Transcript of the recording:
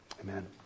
Amen